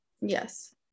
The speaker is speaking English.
Yes